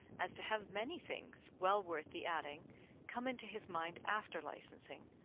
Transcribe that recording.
as to have many things well worth the adding come into his mind after licensing,